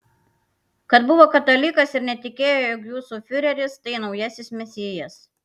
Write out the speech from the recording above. kad buvo katalikas ir netikėjo jog jūsų fiureris tai naujasis mesijas